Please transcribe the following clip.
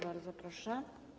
Bardzo proszę.